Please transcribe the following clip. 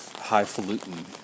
highfalutin